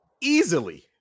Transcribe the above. easily